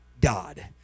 God